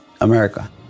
America